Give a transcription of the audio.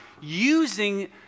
using